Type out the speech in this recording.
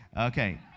Okay